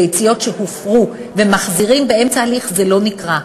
ביציות שהופרו, מחזירים באמצע הליך, זה לא נקרא,